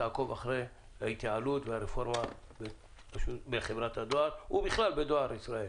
שיעקבו אחרי ההתייעלות והרפורמה בחברת הדואר ובכלל בדואר ישראל.